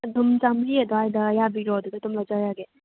ꯑꯗꯨꯝ ꯆꯥꯝꯃꯔꯤ ꯑꯗꯨꯋꯥꯏꯗ ꯌꯥꯕꯤꯔꯣ ꯑꯗꯨꯗ ꯑꯗꯨꯝ ꯂꯧꯖꯔꯒꯦ